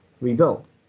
rebuilt